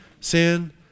sin